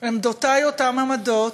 עמדותי אותן עמדות,